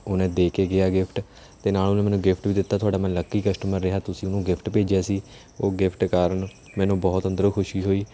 ਉਹਨੇ ਦੇ ਕੇ ਗਿਆ ਗਿਫਟ ਅਤੇ ਨਾਲ ਉਹਨੇ ਮੈਨੂੰ ਗਿਫਟ ਵੀ ਦਿੱਤਾ ਤੁਹਾਡਾ ਮੈਂ ਲੱਕੀ ਕਸਟਮਰ ਰਿਹਾ ਤੁਸੀਂ ਉਹਨੂੰ ਗਿਫਟ ਭੇਜਿਆ ਸੀ ਉਹ ਗਿਫਟ ਕਾਰਨ ਮੈਨੂੰ ਬਹੁਤ ਅੰਦਰੋਂ ਖੁਸ਼ੀਂ ਹੋਈ